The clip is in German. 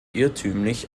irrtümlich